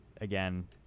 again